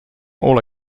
all